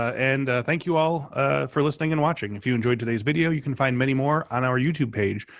and thank you all for listening and watching. if you enjoyed today's video, you can find many more on our youtube page.